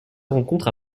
rencontre